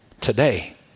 today